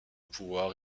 pouvoir